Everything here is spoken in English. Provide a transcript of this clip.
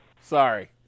Sorry